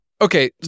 Okay